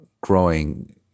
growing